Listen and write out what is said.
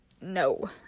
no